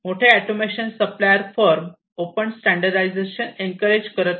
मोठे automation supplier firm open standardization encourage करत नाही